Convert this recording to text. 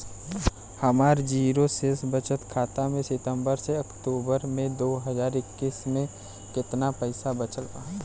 हमार जीरो शेष बचत खाता में सितंबर से अक्तूबर में दो हज़ार इक्कीस में केतना पइसा बचल बा?